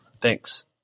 Thanks